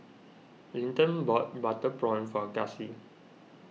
Linton bought Butter Prawn for Gussie